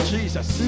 Jesus